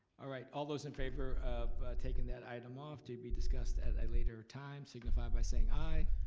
all right. all those in favor of taking that item off to be discussed at a later time, signify by saying aye.